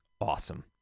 Awesome